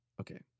okay